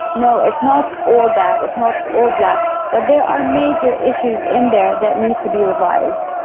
no, it's not all bad, it's not all black, but there are major issues in there that need to be revised,